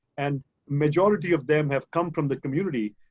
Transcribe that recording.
and majority of them have come from the community.